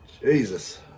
Jesus